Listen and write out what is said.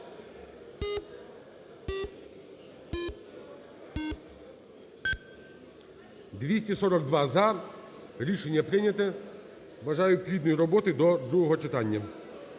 242 – за. Рішення прийняте. Бажаю плідної роботи до другого читання.